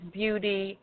beauty